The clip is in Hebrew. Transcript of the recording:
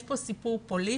יש כאן סיפור פוליטי,